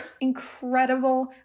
Incredible